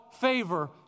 favor